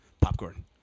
popcorn